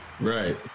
right